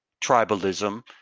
tribalism